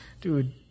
dude